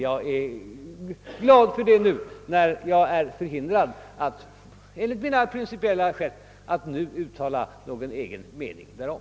Jag är glad för det, eftersom jag av prin cipiella skäl är förhindrad att uttala någon egen mening därom.